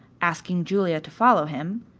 asking julia to follow him,